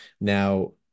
now